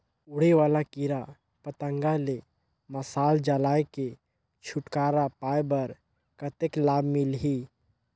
उड़े वाला कीरा पतंगा ले मशाल जलाय के छुटकारा पाय बर कतेक लाभ मिलही?